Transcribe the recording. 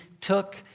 took